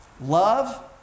love